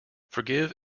forgive